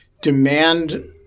demand –